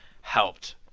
helped